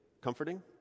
comforting